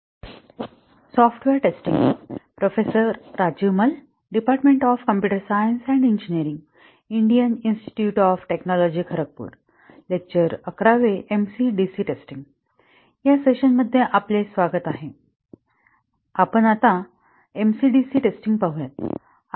या सेशन मध्ये आपले स्वागत आहे आपण आता एमसी डीसी MCDC टेस्टिंग पाहू